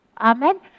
Amen